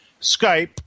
Skype